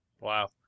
wow